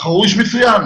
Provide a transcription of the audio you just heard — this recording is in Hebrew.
בחרו איש מצוין.